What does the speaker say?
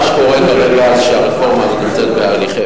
מה שקורה כרגע זה שהרפורמה נמצאת בהליכים,